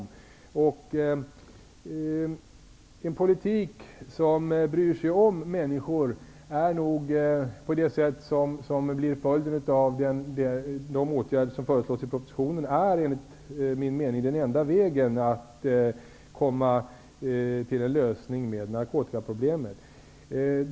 Att föra en politik som bryr sig om människor, vilket blir följden av de åtgärder som föreslås i propositionen, är enligt min mening den enda vägen att komma fram till en lösning av narkotikaproblemet.